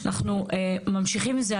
אנחנו ממשיכים עם זה,